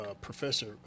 Professor